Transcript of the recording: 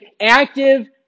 active